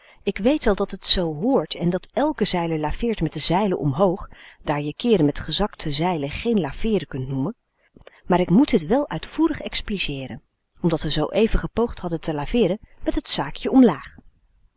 ik weet wel dat t zoo hoort en dat elk zeiler laveert met de zeilen omhoog daar je keeren met gezakte zeilen geen laveeren kunt noemen maar ik moet dit wel uitvoerig expliceeren omdat we zooeven gepoogd hadden te laveeren met t zaakje omlaag